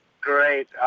Great